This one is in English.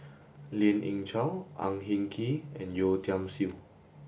Lien Ying Chow Ang Hin Kee and Yeo Tiam Siew